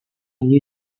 new